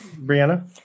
Brianna